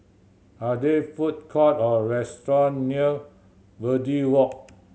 are there food court or restaurant near Verde Walk